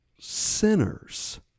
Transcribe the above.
sinners